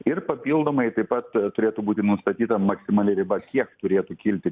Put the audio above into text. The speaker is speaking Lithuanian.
ir papildomai taip pat turėtų būti nustatyta maksimali riba kiek turėtų kilti